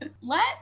Let